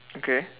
okay